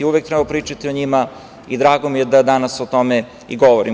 Uvek treba da pričamo o njima i drago mi je da danas o tome i govorimo.